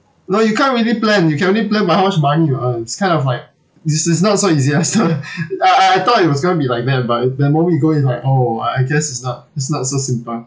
no you can't really plan you can only plan by how much money you earn it's kind of like this is not so easy lester I I I thought it was going to be like that but the moment you go in is like oh I I guess it's not it's not so simple